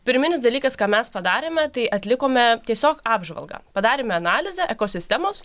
pirminis dalykas ką mes padarėme tai atlikome tiesiog apžvalgą padarėme analizę ekosistemos